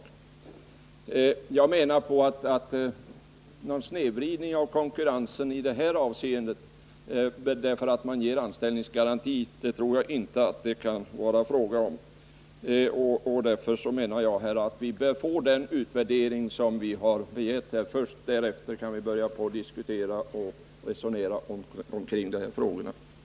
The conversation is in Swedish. Nr 164 Jag tror inte att det kan vara fråga om någon snedvridning av konkurrensen Torsdagen den därför att man ger anställningsgaranti. Därför menar jag att vi bör få den 5 juni 1980 utvärdering som vi här begär. Först därefter kan vi börja diskutera och resonera kring dessa frågor. Vissa varvsfrågor, ,